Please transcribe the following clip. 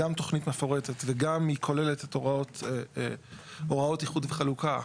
היא גם תוכנית מפורטת וגם היא כוללת את הוראות איחוד וחלוקה,